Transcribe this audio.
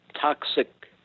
toxic